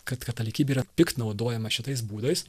kad katalikybė yra piktnaudojimas šitais būdais